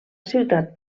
ciutat